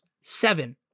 seven